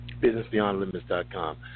BusinessBeyondLimits.com